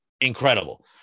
incredible